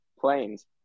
planes